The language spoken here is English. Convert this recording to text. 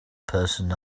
person